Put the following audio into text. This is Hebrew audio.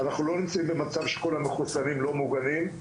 אנחנו לא נמצאים במצב שכל המחוסנים לא מוגנים,